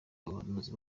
abahanuzi